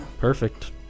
Perfect